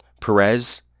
Perez